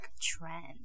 trend